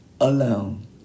alone